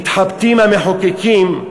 מתחבטים המחוקקים,